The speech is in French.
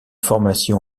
formation